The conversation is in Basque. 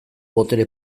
botere